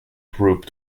group